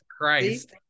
Christ